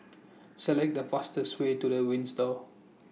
Select The fastest Way to The Windsor